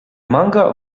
manga